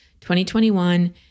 2021